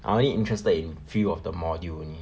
I only interested in few of the module only